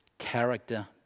character